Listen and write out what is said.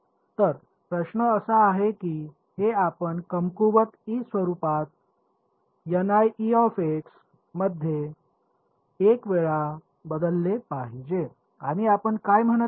तर प्रश्न असा आहे की हे आपण कमकुवत e स्वरूपात मध्ये I वेळा बदलले पाहिजे आणि आपण काय म्हणत आहात